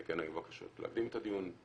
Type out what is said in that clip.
היו בקשות להקדים את הדיון,